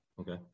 Okay